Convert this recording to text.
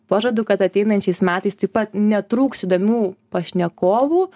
pažadu kad ateinančiais metais taip pat netrūks įdomių pašnekovų